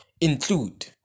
include